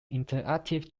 interactive